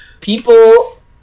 People